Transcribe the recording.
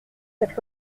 cette